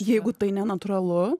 jeigu tai nenatūralu